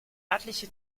örtliche